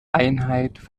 einheit